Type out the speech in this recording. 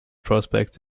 prospects